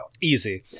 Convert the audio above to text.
Easy